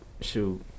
shoot